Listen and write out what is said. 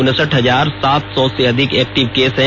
उनसठ हजार सात सौ से अधिक एक्टिव केस हैं